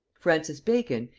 francis bacon,